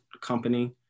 company